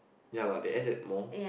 ya lah they add that more